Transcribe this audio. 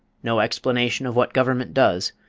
no explanation of what government does,